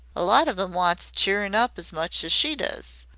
a lot of em wants cheerin up as much as she does.